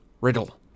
Riddle